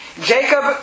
Jacob